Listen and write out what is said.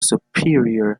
superior